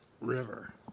River